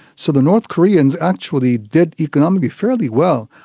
so the north koreans actually did economically fairly well.